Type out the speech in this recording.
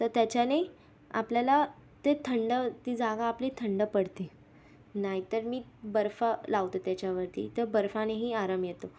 तर त्याच्याने आपल्याला ते थंड ती जागा आपली थंड पडते नाहीतर मी बर्फ लावते त्याच्यावरती तर बर्फानेही आराम येतो